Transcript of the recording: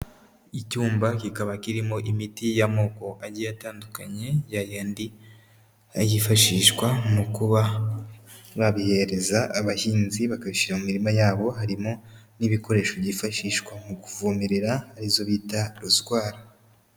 Icyumba kikaba kirimo imiti y'amoko agiye atandukanye ya yandi yifashishwa mu kuba babihereza abahinzi bakabishyirara mirima yabo harimo n'ibikoresho byifashishwa mu kuvomerera izo bita rozwara.